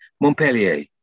Montpellier